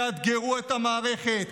תאתגרו את המערכת.